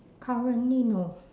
currently no